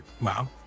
Wow